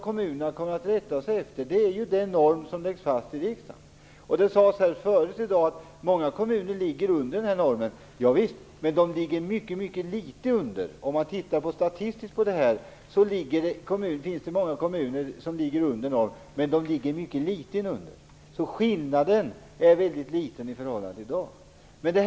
Kommunerna kommer att rätta sig efter den norm som läggs fast i riksdagen. Det sades förut i dag att många kommuner ligger under normen. Ja visst, men de ligger mycket litet under. Om man tittar närmare på statistiken ser man att det finns många kommuner som ligger under normen, men de ligger mycket litet under. Skillnaden är väldigt liten i förhållande till i dag.